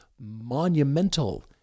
monumental